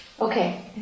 Okay